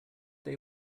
they